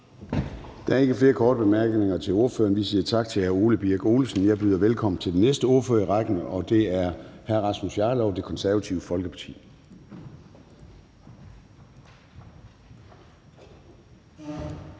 Der er ikke flere korte bemærkninger til ordføreren. Vi siger tak til hr. Ole Birk Olesen. Jeg byder velkommen til den næste ordfører i rækken, og det er hr. Rasmus Jarlov, Det Konservative Folkeparti. Kl.